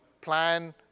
plan